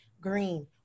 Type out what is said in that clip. green